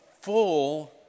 full